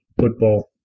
football